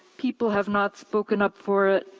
people have not spoken up for it,